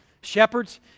Shepherds